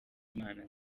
imana